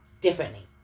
differently